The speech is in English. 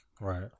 Right